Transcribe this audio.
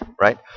Right